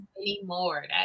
anymore